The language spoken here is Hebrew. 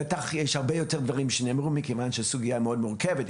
בטח יש הרבה יותר דברים שנאמרו מכיוון שהסוגייה מאוד מורכבת,